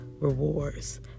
rewards